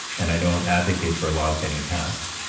and i don't advocate for laws getting passed.